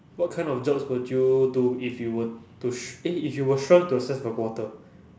what kind of jobs would you do if you were to sh~ eh if you were shrunk to the size of a quarter